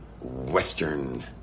Western